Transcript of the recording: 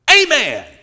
Amen